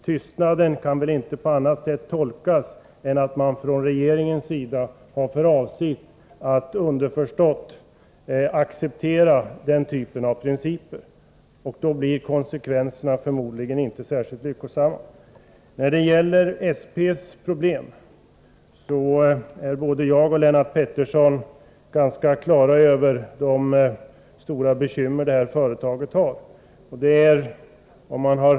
Tystnaden kan väl ime tolkas på annat sätt än att regeringen har för avsikt att underförstått acceptera den typen av principer, och då blir konsekvenserna förmodligen inte särskilt lyckosamma. Både Lennart Pettersson och jag är ganska klara över vilka stora bekymmer Svenska Petroleum har.